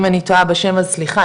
אם אני טועה בשם סליחה,